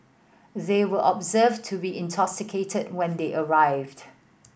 they were observed to be intoxicated when they arrived